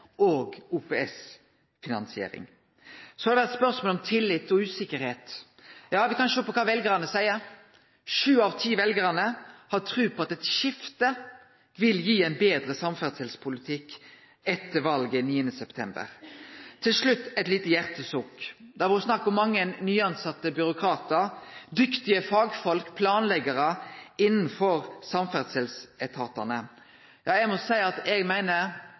og OPS-finansiering. Så har det vore spørsmål om tillit og usikkerheit. Ja, vi kan sjå på kva veljarane seier. Sju av ti veljarar har tru på at eit skifte vil gi ein betre samferdselspolitikk etter valet den 9. september. Til slutt eit lite hjartesukk: Det har vore snakk om mange nytilsette byråkratar, dyktige fagfolk, planleggjarar innanfor samferdselsetatane. Eg meiner